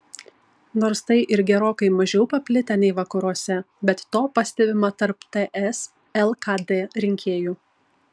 nors tai ir gerokai mažiau paplitę nei vakaruose bet to pastebima tarp ts lkd rinkėjų